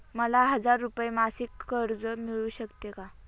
मला हजार रुपये मासिक कर्ज मिळू शकते का?